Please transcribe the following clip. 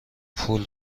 پول